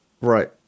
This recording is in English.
Right